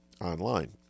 online